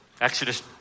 Exodus